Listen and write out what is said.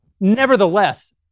Nevertheless